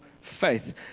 faith